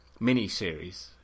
miniseries